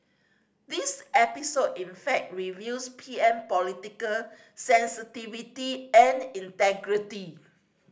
this episode in fact reveals P M political sensitivity and integrity